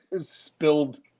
spilled